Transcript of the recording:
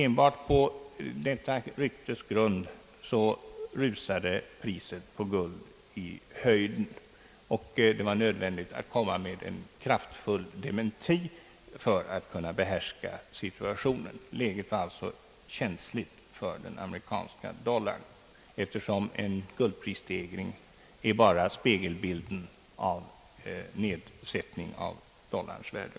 Enbart på detta ryktes grund rusade priset på guld i höjden, och det var nödvändigt att komma med en kraftfull dementi för att kunna behärska situationen. Läget var således känsligt för den amerikanska dollarn, eftersom en guldprisstegring bara är spegelbilden av en nedsättning av dollarns yttre värde.